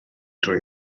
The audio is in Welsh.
drwy